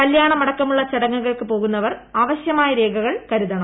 കല്യാണമടക്കമുള്ള ചടങ്ങുകൾക്ക് പോകുന്നവർ ആവശ്യ രേഖകൾ കരുതണം